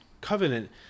Covenant